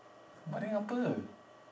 baring apa